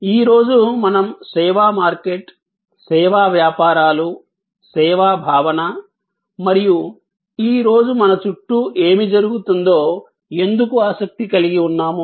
ఈ రోజు మనం సేవా మార్కెట్ సేవా వ్యాపారాలు సేవా భావన మరియు ఈ రోజు మన చుట్టూ ఏమి జరుగుతుందో ఎందుకు ఆసక్తి కలిగి ఉన్నాము